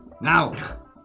Now